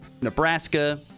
Nebraska